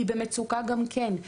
היא במצוקה גם כן.